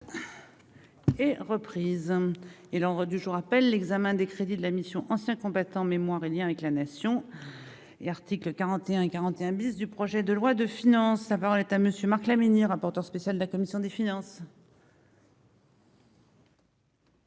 est reprise et l'ordre du jour appelle l'examen des crédits de la mission Anciens combattants, mémoire et Liens avec la nation et article 41 41 bis du projet de loi de finances, sa parole est à monsieur Marc Laménie, rapporteur spécial de la commission des finances. Ben